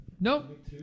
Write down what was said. Nope